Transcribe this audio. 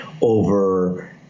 over